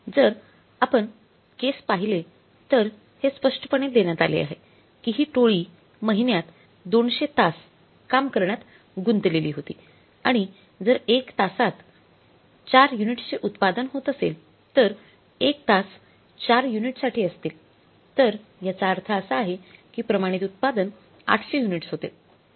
जर आपण केस पाहिले तर हे स्पष्टपणे देण्यात आले आहे की हि टोळी महिन्यात 200 तास का करण्यात गुंतलेली होती आणि जर 1 तासात जर 4 युनिट्सचे उत्पादना होत असेल तर १ तास ४ युनिटसाठी असतील तर याचा अर्थ असा आहे की प्रमाणित उत्पादन 800 युनिट्स होते